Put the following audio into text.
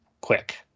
quick